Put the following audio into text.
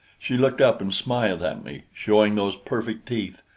she looked up and smiled at me, showing those perfect teeth,